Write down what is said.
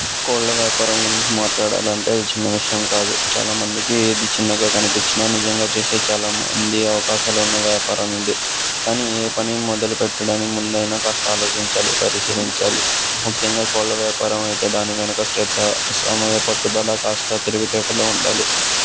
కోళ్ళ వ్యాపారం గురించి మాట్లాడాలంటే అది చిన్న విషయం కాదు చాలా మందికి ఇది చిన్నగా కనిపించినా నిజంగా చూస్తే చాలామందికి అవకాశాలు ఉన్న వ్యాపారం ఇది కానీ ఏ పని మొదలు పెట్టడానికి ముందైనా కాస్త ఆలోచించాలి పరిశీలించాలి ముఖ్యంగా కోళ్ళ వ్యాపారం అయితే దాని వెనుక శ్రద్ధ సమయం పట్టుదల కాస్త తెలివితేటలు ఉండాలి